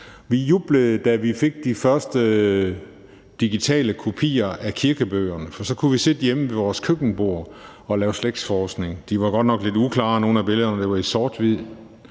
Vi jublede, da vi fik de første digitale kopier af kirkebøgerne, for så kunne vi sidde hjemme ved vores køkkenbord og lave slægtsforskning. Nogle billeder var godt nok lidt uklare, de var i sort-hvid.